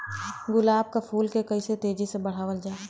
गुलाब क फूल के कइसे तेजी से बढ़ावल जा?